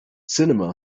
cinema